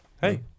Hey